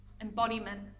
embodiment